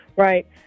Right